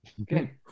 Okay